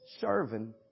serving